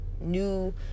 new